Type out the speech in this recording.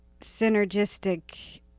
synergistic